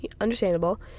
understandable